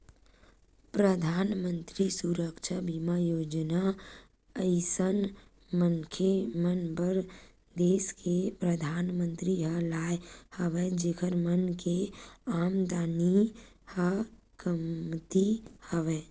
परधानमंतरी सुरक्छा बीमा योजना अइसन मनखे मन बर देस के परधानमंतरी ह लाय हवय जेखर मन के आमदानी ह कमती हवय